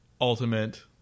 ultimate